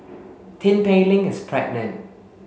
Tin Pei Ling is pregnant